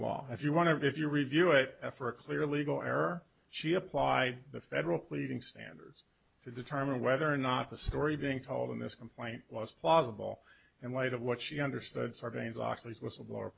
law if you want to if you review it f or a clear legal error she applied the federal pleading standards to determine whether or not the story being told in this complaint was plausible and light of what she understood sarbanes oxley whistleblower